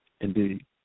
Indeed